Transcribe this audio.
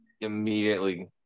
immediately